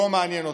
לא מעניין אותי.